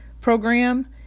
program